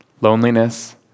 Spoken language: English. loneliness